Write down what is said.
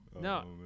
No